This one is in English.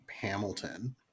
hamilton